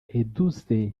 edouce